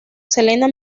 selena